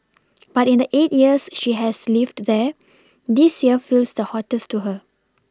but in the eight years she has lived there this year feels the hottest to her